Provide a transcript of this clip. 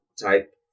type